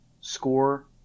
score